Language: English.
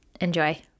Enjoy